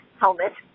helmet